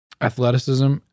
Athleticism